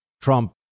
Trump